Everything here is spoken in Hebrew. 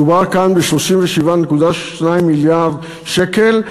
מדובר כאן ב-37.2 מיליארד שקל,